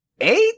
eight